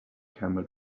camel